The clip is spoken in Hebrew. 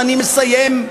ואני מסיים,